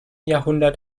jahrhundert